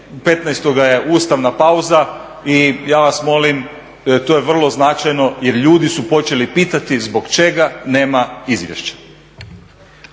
15.-og je ustavna pauza i ja vas molim to je vrlo značajno jer ljudi su počeli pitati zbog čega nema izvješća.